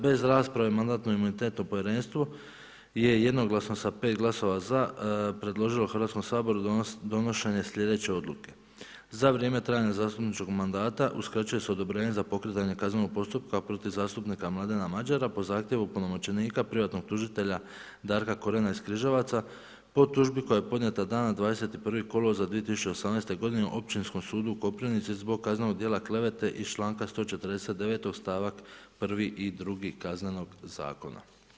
Bez rasprave Mandatno-imunitetno povjerenstvo je jednoglasno sa 5 glasova za predložilo Hrvatskom saboru donošenje sljedeće odluke: „Za vrijeme trajanja zastupničkog mandata uskraćuje se odobrenje za pokretanje kaznenog postupka protiv zastupnika Mladena Madjera po zahtjevu punomoćenika privatnog tužitelja Darka Korena iz Križevaca po tužbi koja je podnijeta dana 21. kolovoza 2018. godine Općinskom sudu u Koprivnici zbog kaznenog dijela klevete iz članka 149. stavak 1. i 2. Kaznenog zakona.